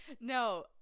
no